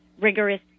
rigorous